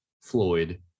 Floyd